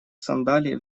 сандалии